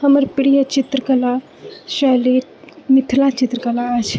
हमर प्रिय चित्रकला शैली मिथिला चित्रकला अछि